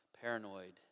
paranoid